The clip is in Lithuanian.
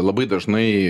labai dažnai